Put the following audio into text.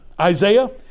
Isaiah